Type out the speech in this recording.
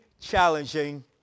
challenging